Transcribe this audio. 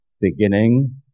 beginning